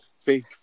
fake